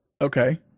Okay